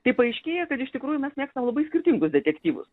tai paaiškėja kad iš tikrųjų mes mėgstam labai skirtingus detektyvus